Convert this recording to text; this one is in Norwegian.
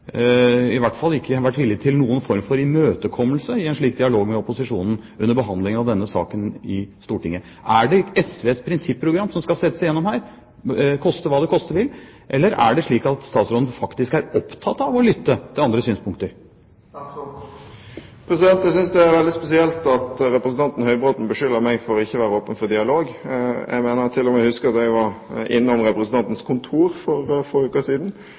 i hvert fall ikke vært villig til noen form for imøtekommelse i en slik dialog med opposisjonen, under behandlingen av denne saken i Stortinget. Er det SVs prinsipprogram som skal tvinges igjennom her, koste hva det koste vil, eller er det slik at statsråden faktisk er opptatt av å lytte til andre synspunkter? Jeg synes det er veldig spesielt at representanten Høybråten beskylder meg for ikke å være åpen for dialog. Jeg mener til og med å huske at jeg var innom representantens kontor for få uker siden.